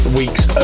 week's